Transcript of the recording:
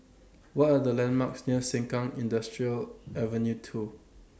What Are The landmarks near Sengkang Industrial Avenue two